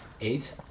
Eight